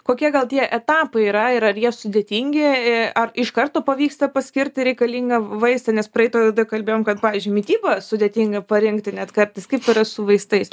kokie gal tie etapai yra ir ar jie sudėtingi ar iš karto pavyksta paskirti reikalingą vaistinės praeitoj laidoj kalbėjom kad pavyzdžiui mitybą sudėtinga parinkti net kartais kaip yra su vaistais